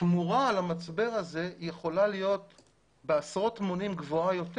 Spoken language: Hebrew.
התמורה על המצבר הזה יכול להיות בעשרות מונים גבוהה יותר